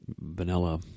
vanilla